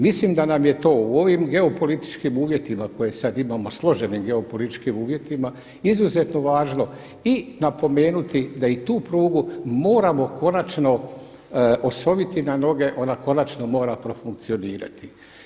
Mislim da nam je to u ovim geopolitičkim uvjetima koje sada imamo složenim geopolitičkim uvjetima izuzetno važno i napomenuti da i tu prugu moramo konačno osoviti na noge, ona mora konačno profunkcionirati.